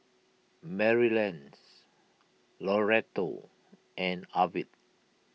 Marlys Loretto and Arvid